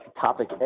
topic